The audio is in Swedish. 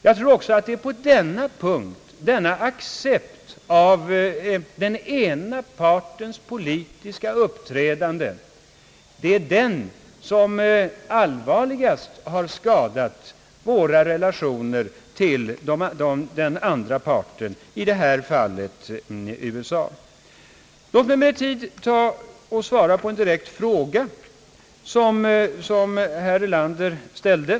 Jag tror också att det är detta accepterande av den ena partens politiska uppträdande som allvarligast har skadat våra relationer till den andra parten, dvs. USA. Låt mig svara på en direkt fråga som herr Erlander ställde.